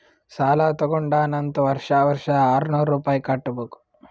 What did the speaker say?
ಸಾಲಾ ತಗೊಂಡಾನ್ ಅಂತ್ ವರ್ಷಾ ವರ್ಷಾ ಆರ್ನೂರ್ ರುಪಾಯಿ ಕಟ್ಟಬೇಕ್